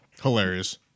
hilarious